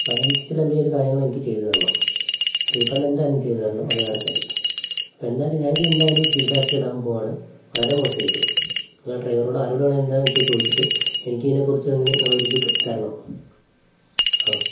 അപ്പം അതിന് അനുസരിച്ചുള്ള എന്തെങ്കിലും കാര്യങ്ങൾ എനിക്ക് ചെയ്തുതരണം റീഫണ്ട് എന്തായാലും ചെയ്തുതരണം അത് വേറെ കാര്യം അപ്പോൾ എന്തായാലും ഞാൻ ഇത് എന്തായാലും ഫീഡ്ബാക്കിൽ ഇടാൻ പോകുവാണ് വളരെ മോശം ആയിപ്പോയി നിങ്ങൾ ഡ്രൈവറോടോ ആരോട് വേണോ എന്താണെന്ന് വെച്ചാൽ ചോദിച്ചിട്ട് എനിക്ക് ഇതിനെകുറിച്ച് ഇങ്ങള ഒരു ഇത് തരണം ഹാ